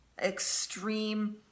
extreme